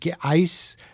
ice